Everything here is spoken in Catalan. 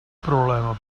problema